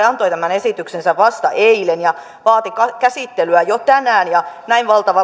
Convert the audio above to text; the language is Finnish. antoi tämän esityksensä vasta eilen ja vaati käsittelyä jo tänään ja näin valtava